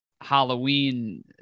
halloween